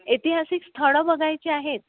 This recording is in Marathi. ऐतिहासिक स्थळं बघायची आहेत